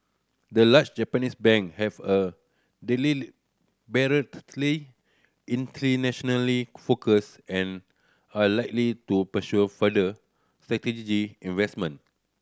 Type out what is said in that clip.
the large Japanese bank have a internationally focus and are likely to pursue further strategy investment